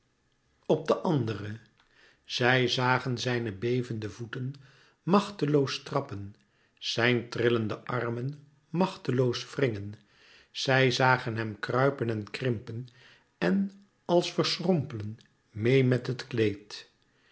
op de andere zij zagen zijne bevende voeten machteloos trappen zijn trillende armen machteloos wringen zij zagen hem kruipen en krimpen en als verschrompelen meê met het kleed